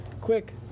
quick